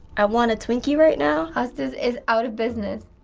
i want a twinkie right now. hostess is out of business.